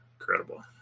incredible